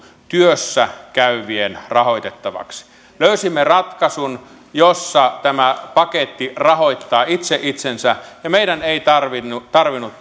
työssä käyvien rahoitettavaksi löysimme ratkaisun jossa tämä paketti rahoittaa itse itsensä ja meidän ei tarvinnut tarvinnut